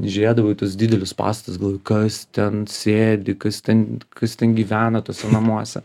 žiūrėdavau į tuos didelius pastatus galvoju kas ten sėdi kas ten kas ten gyvena tuose namuose